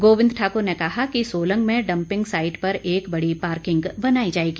गोविंद ठाकुर ने कहा कि सोलंग में डंपिंग साइट पर एक बड़ी पार्किंग बनाई जाएगी